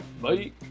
Bye